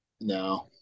no